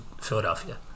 Philadelphia